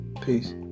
Peace